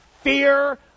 fear